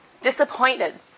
disappointed